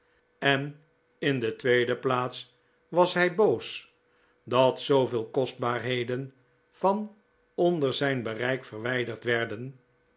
cn in dc tweede plaats was hij boos dat zoovcel kostbaarheden van ondcr zijn bereik vcrwijderd werden